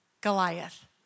Goliath